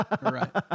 Right